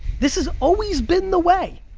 this has always been the way.